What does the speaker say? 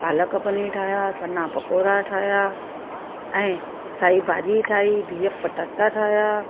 पालक पनीर ठाहिया सन्ना पकोरा ठाहिया ऐं साई भाॼी ठाही बीह पटाटा ठाहिया